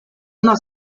una